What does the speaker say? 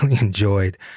enjoyed